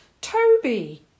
Toby